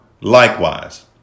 Likewise